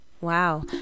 wow